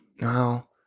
No